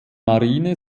marine